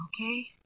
Okay